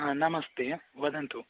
हा नमस्ते वदन्तु